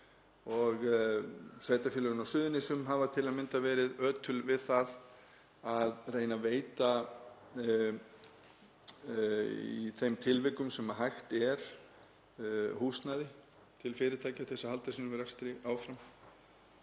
Sveitarfélögin á Suðurnesjum hafa til að mynda verið ötul við að reyna að veita í þeim tilvikum sem hægt er húsnæði til fyrirtækja til að halda sínum rekstri áfram.